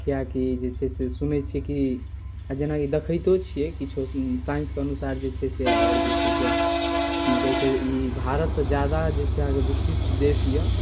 किएकि जे छै से सुनै छियै कि जेनाकि देखितो छियै किछो साइंसके अनुसार जे छै से आओर जे छै से जाहिसँ ई भारतसँ ज्यादा जे छै अहाँकेँ विकसित देश यए